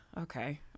okay